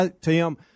Tim